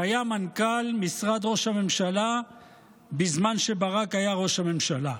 שהיה מנכ"ל משרד ראש הממשלה בזמן שברק היה ראש הממשלה.